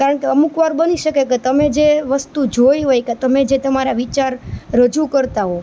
કારણકે અમુક વાર બની શકે કે તમે જે વસ્તુ જોઈ હોય કાં તો તમે જે તમારા જે વિચાર રજૂ કરતા હોવ